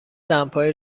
دمپایی